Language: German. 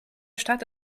stadt